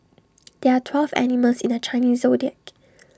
there are twelve animals in the Chinese Zodiac